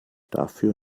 dafür